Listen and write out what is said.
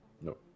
no